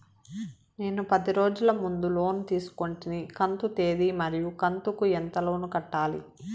నేను పది రోజుల ముందు లోను తీసుకొంటిని కంతు తేది మరియు కంతు కు ఎంత లోను కట్టాలి?